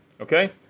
Okay